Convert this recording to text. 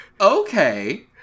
Okay